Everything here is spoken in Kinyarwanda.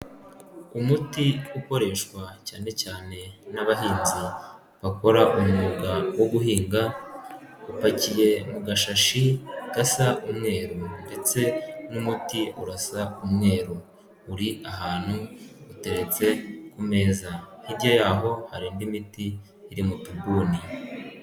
Umuti ukoreshwa cyane cyane n'abahinzi bakora umwuga wo guhinga, upakiye mu gashashi gasa umweru ndetse n'umuti urasa umweru. Uri ahantu uteretse ku meza hirya yaho hari indi miti iri mu tubuni.